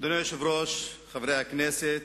אדוני היושב-ראש, חברי הכנסת,